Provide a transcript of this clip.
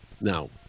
Now